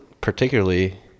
particularly